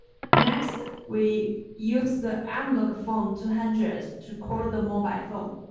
next we use the analog phone two hundred to call the mobile phone.